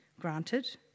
Granted